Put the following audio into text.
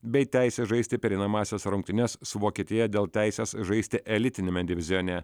bei teisę žaisti pereinamąsias rungtynes su vokietija dėl teisės žaisti elitiniame divizione